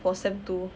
for sem two